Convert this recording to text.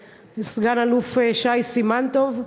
לסגן-אלוף שי סימן טוב,